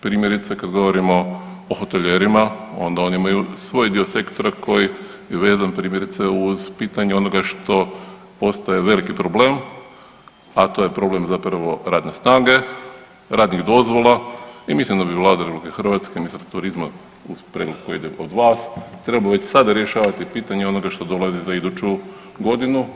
Primjerice kad govorimo o hotelijerima onda oni imaju svoj dio sektora koji je vezan primjerice uz pitanje onoga što postaje veliki problem, a to je problem zapravo radne snage, radnih dozvola i mislim da bi Vlada RH, ministar turizma uz prijedlog koji ide od vas trebao već sada rješavati pitanje onoga što dolazi za iduću godinu.